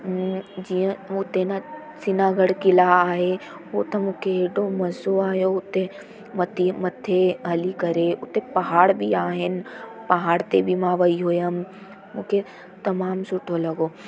जीअं हुते ना सीनागढ़ क़िला आहे उहो त मूंखे हेॾो मज़ो आहियो हुते मतीअ मथे हली करे हुते पाहाड़ बि आहिनि पाहाड़ ते बि मां वई हुयमि मूंखे तमामु सुठो लॻो